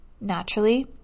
Naturally